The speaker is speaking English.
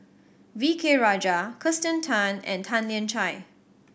V K Rajah Kirsten Tan and Tan Lian Chye